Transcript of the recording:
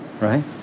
right